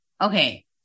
okay